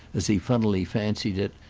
as he funnily fancied it,